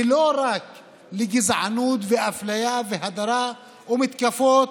ולא רק לגזענות ואפליה והדרה ומתקפות,